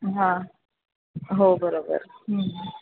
हां हो बरोबर हं हं